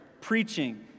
Preaching